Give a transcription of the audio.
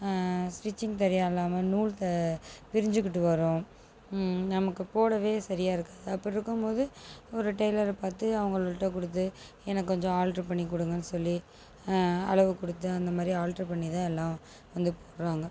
stitching சரியாக இல்லாமல் நூல் தா பிரிஞ்சுகிட்டு வரும் நமக்கு போடவே சரியாக இருக்காது அப்படி இருக்கும் போது ஒரு டைலர பார்த்து அவங்கள்ட கொடுத்து எனக்கு கொஞ்சம் ஆல்டர் பண்ணி கொடுங்கன்னு சொல்லி அளவு கொடுத்து அந்தமாதிரி ஆல்டர் பண்ணி தான் எல்லாம் வந்து போடுகிறாங்க